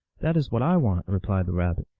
that is what i want, replied the rabbit.